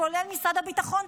כולל משרד הביטחון,